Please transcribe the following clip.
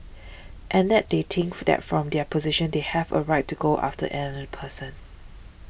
and that they think that from their position they have a right to go after another person